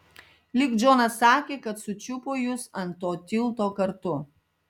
lyg džonas sakė kad sučiupo jus ant to tilto kartu